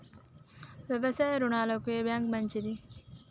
వ్యవసాయ రుణాలకు ఏ బ్యాంక్ మంచిది?